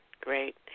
great